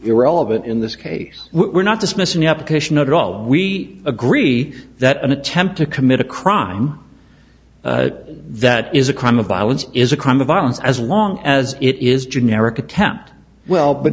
irrelevant in this case we're not dismissing the application at all we agree that an attempt to commit a crime that is a crime of violence is a crime of violence as long as it is generic attempt well but